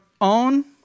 own